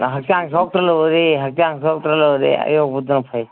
ꯍꯛꯆꯥꯡ ꯁꯣꯛꯇ꯭ꯔ ꯂꯣꯏꯔꯦ ꯍꯛꯆꯥꯡ ꯁꯣꯛꯇ꯭ꯔ ꯂꯣꯏꯔꯦ ꯑꯌꯣꯛꯄꯗꯨꯅ ꯐꯩ